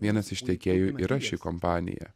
vienas iš tiekėjų yra ši kompanija